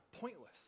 pointless